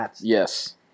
Yes